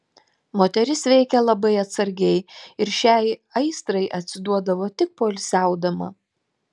moteris veikė labai atsargiai ir šiai aistrai atsiduodavo tik poilsiaudama